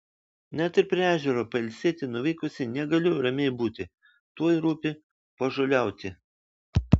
net ir prie ežero pailsėti nuvykusi negaliu ramiai būti tuoj rūpi pažoliauti